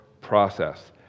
process